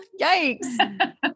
Yikes